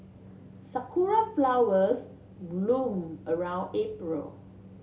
sakura flowers bloom around April